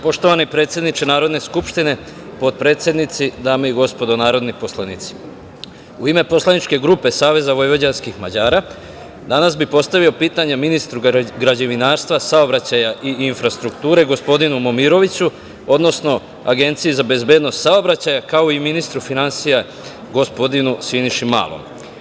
Poštovani predsedniče Narodne skupštine, potpredsednici, dame i gospodo narodni poslanici, u ime poslaničke grupe Saveza vojvođanskih Mađara danas bih postavio pitanje ministru građevinarstva, saobraćaja i infrastrukture gospodinu Momiroviću, odnosno Agenciji za bezbednost saobraćaja, kao i ministru finansija gospodinu Siniši Malom.